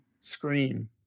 screen